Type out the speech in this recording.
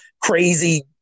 crazy